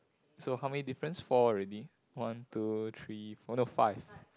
so how many difference four already one two three four no five